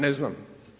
Ne znam.